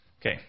Okay